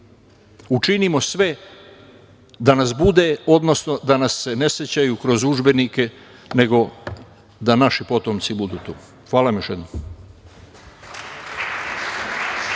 onda? Učinimo sve da nas bude, odnosno da nas se ne sećaju kroz udžbenike, nego da naši potomci budu tu. Hvala vam još jednom.